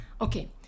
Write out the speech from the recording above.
Okay